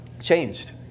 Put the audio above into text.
changed